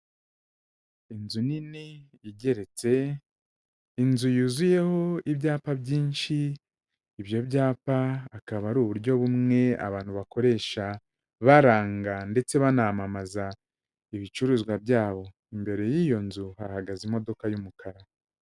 Inzu nini igeretse, inzu yuzuyeho ibyapa byinshi, ibyo byapa akaba ari uburyo bumwe abantu bakoresha baranga ndetse banamamaza ibicuruzwa byabo, imbere y'iyo nzu hahagaze imodoka y'umukara.